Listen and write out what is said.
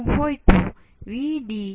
તેથી તે A0R1R1 R2 × Vtest છે